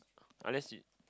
unless you